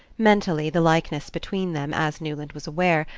mentally, the likeness between them, as newland was aware,